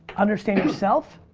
understand yourself,